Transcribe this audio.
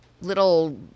little